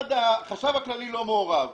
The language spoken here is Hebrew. החשב הכללי לא מעורב.